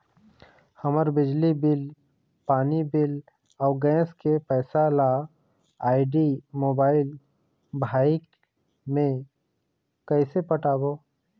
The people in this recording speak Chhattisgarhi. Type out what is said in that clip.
हमर बिजली बिल, पानी बिल, अऊ गैस के पैसा ला आईडी, मोबाइल, भाई मे कइसे पटाबो?